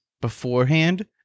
beforehand